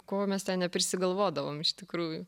ko mes ten neprisigalvodavom iš tikrųjų